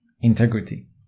integrity